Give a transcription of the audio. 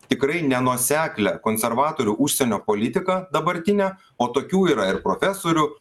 tikrai nenuoseklią konservatorių užsienio politiką dabartinę o tokių yra ir profesorių